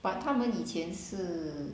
but 他们以前是